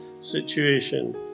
situation